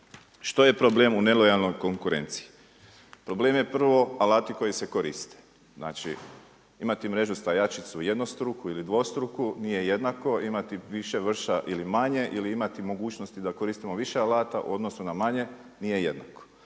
Što je problem u nelojalnoj konkurenciji? Problem je prvo alati koji se koriste. Znači imati mrežu stajačicu jednostruku ili dvostruku nije jednako, imati više vrša ili manje ili imati mogućnosti da koristimo više alata u odnosu na manje nije jednako.